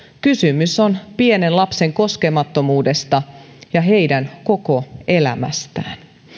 kysymys on pienten lasten koskemattomuudesta ja heidän koko elämästään